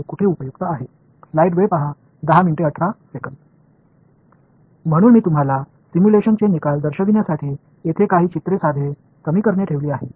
எனவே உருவகப்படுத்துதல் முடிவுகளைக் காண்பிப்பதற்காக படங்களின் சில எளிய சமன்பாடுகளை இங்கு வைத்துள்ளேன்